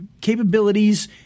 capabilities